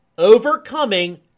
Overcoming